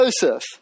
Joseph